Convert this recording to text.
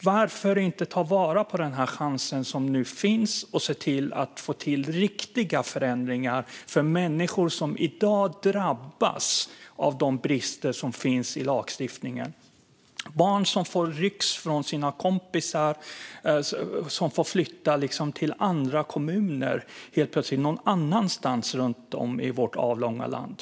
Varför inte ta vara på den chans som nu finns och se till att få till riktiga förändringar för människor som i dag drabbas av de brister som finns i lagstiftningen? Barn rycks från sina kompisar och får flytta till andra kommuner - någon annanstans i vårt avlånga land.